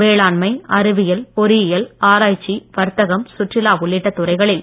வேளாண்மை அறிவியல் பொறியியல் ஆராய்ச்சி வர்த்தகம் சுற்றுலா உள்ளிட்ட துறைகளில்